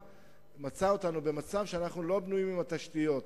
מצא אותנו במצב שאנחנו לא בנויים עם התשתיות,